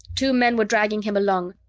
two men were dragging him along.